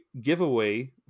giveaway